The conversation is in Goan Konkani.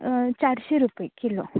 चारशें रुपय किलो